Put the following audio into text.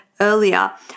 earlier